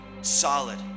solid